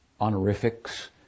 honorifics